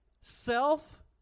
self